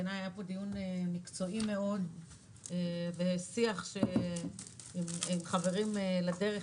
בעיניי היה פה דיון מקצועי מאוד ושיח עם חברים לדרך,